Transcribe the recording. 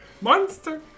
Monster